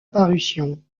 parution